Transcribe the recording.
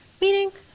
meaning